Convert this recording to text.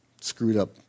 screwed-up